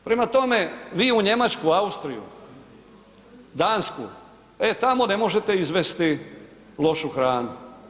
Prema tome, vi u Njemačku, Austriju, Dansku, e tamo ne možete izvesti lošu hranu.